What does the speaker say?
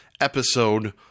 episode